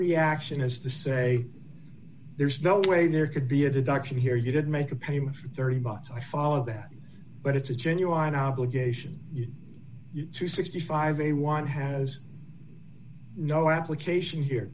reaction is to say there's no way there could be a deduction here you did make a payment for thirty bucks i follow that but it's a genuine obligation to sixty five dollars a one has no application here